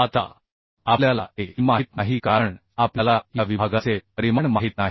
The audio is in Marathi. आता आपल्याला A e माहित नाही कारण आपल्याला या विभागाचे परिमाण माहित नाही